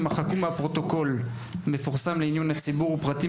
ימחקו מהפרוטוקול המפורסם לעיון הציבור פרטים